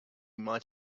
might